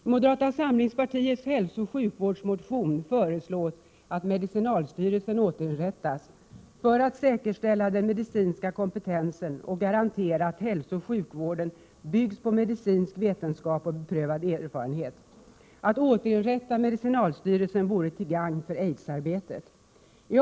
I moderata samlingspartiets hälsooch sjukvårdsmotion föreslås att medicinalstyrelsen skall återinrättas för att säkerställa den medicinska kompetensen och garantera att hälsooch sjukvården byggs på medicinsk vetenskap och beprövad erfarenhet. Ett återinrättande av medicinalstyrelsen vore till gagn för arbetet mot aids.